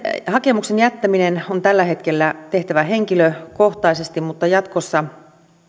hakemuksen jättäminen on tällä hetkellä tehtävä henkilökohtaisesti mutta jatkossa